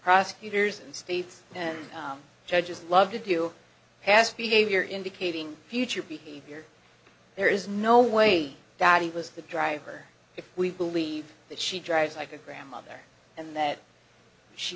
prosecutors and states then judges love to do past behavior indicating future behavior there is no way that he was the driver if we believe that she drives like a grandmother and that she